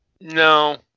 no